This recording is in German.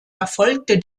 erfolgte